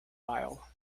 aisle